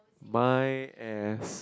my as